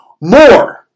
More